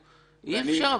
אי אפשר ככה.